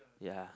ya